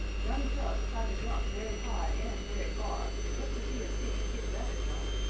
johnny chuck tried to jump very high and very far, just as he had seen peter rabbit jump,